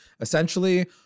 essentially